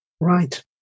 Right